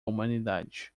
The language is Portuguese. humanidade